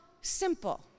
simple